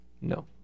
no